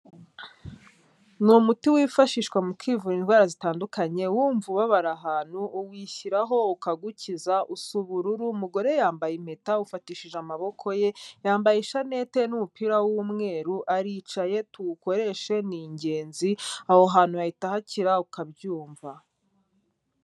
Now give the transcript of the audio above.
Ni umuti wifashishwa mu kwivura indwara zitandukanye, wumva ubabara ahantu uwishyiraho ukagukiza, usa ubururu, umugore yambaye impeta awufatishije amaboko ye, yambaye ishanete n'umupira w'umweru, aricaye tuwukoreshe ni ingenzi aho hantu hahita hakira ukabyumva.